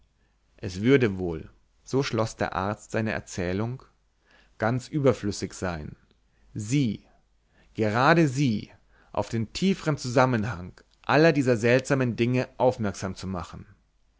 es würde wohl so schloß der arzt seine erzählung ganz überflüssig sein sie gerade sie auf den tiefern zusammenhang aller dieser seltsamen dinge aufmerksam zu machen